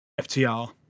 FTR